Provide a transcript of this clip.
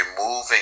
removing